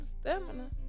stamina